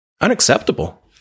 unacceptable